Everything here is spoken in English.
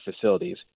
facilities